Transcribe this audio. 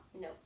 No